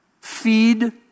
feed